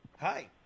Hi